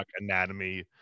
anatomy